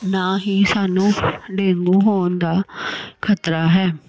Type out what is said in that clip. ਨਾ ਹੀ ਸਾਨੂੰ ਡੇਂਗੂ ਹੋਣ ਦਾ ਖ਼ਤਰਾ ਹੈ